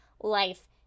life